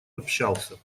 общался